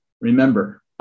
Remember